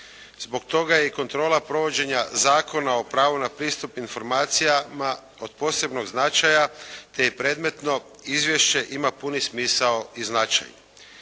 Zbog toga je i kontrola provođenja Zakona o pravu na pristup informacijama od posebnog značaja te predmetno izvješće ima puni smisao i značaj.